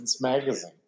magazine